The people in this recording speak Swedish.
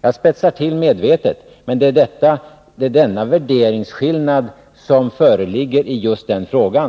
Jag spetsar till det medvetet, men det är denna skillnad i värdering som föreligger i just den frågan.